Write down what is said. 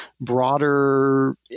broader